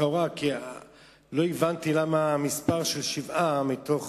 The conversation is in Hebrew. כי לא הבנתי למה המספר של שבעה מתוך